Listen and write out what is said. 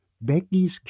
Becky's